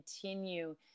continue